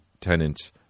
tenants